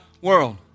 world